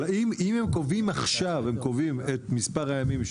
אבל אם הם קובעים עכשיו הם קובעים את מספר הימים,